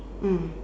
mm